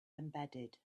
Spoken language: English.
embedded